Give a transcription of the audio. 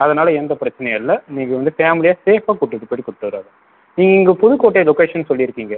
அதனால எந்த பிரச்சினையும் இல்லை உங்களுக்கு வந்து ஃபேமிலியா சேஃபாக கூட்டிகிட்டு போயிட்டு கூட்டு வருவாரு நீங்கள் புதுக்கோட்டை லொக்கேஷன் சொல்லிருக்கீங்க